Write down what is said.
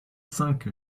cinq